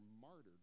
martyred